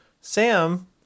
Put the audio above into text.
Sam